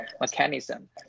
mechanism